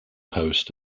host